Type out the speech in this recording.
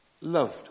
loved